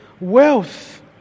wealth